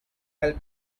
help